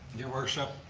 your worship,